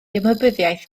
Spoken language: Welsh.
ymwybyddiaeth